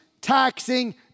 taxing